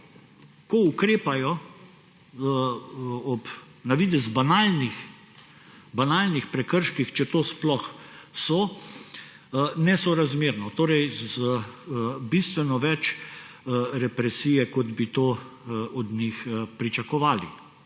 ko ukrepajo ob na videz banalnih, banalnih, prekrških, če to sploh so, nesorazmerno. Torej z bistveno več represije, kot bi od njih pričakovali.